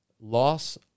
loss